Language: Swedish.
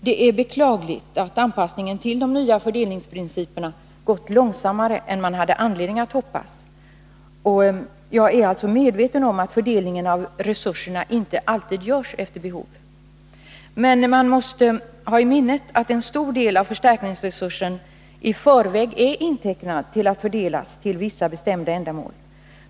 Det är beklagligt att anpassningen till de nya fördelningsprinciperna gått långsammare än man hade anledning att hoppas. Jag är alltså medveten om att fördelningen av resurserna inte alltid görs efter behov. Man måste dock ha i minnet att en stor del av förstärkningsresursen i förväg är intecknad till att fördelas till vissa bestämda ändamål.